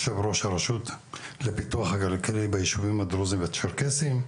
יושב ראש הרשות לפיתוח הכלכלי בישובים הדרוזים והצ'רקסיים,